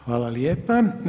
Hvala lijepa.